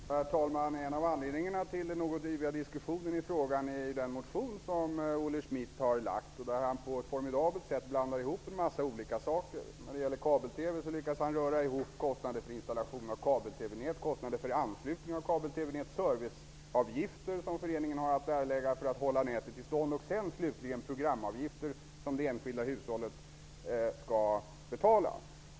Herr talman! En av anledningarna till den något yviga diskussionen i frågan är den motion som Olle Schmidt har lagt, i vilken han på ett formidabelt sätt blandar ihop en massa olika frågor. När det gäller kabel-TV lyckas han röra ihop kostnader för installation av kabel-TV-nät, kostnader för anslutning av kabel-TV-nät, serviceavgifter som föreningen har att erlägga för att hålla nätet i stånd och slutligen programavgifter som det enskilda hushållet skall betala.